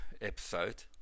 episode